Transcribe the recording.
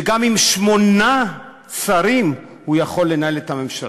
שגם עם שמונה שרים הוא יכול לנהל את הממשלה.